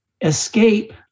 escape